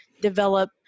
develop